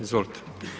Izvolite.